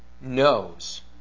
knows